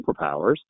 superpowers